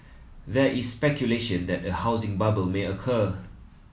there is speculation that a housing bubble may occur